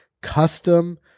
custom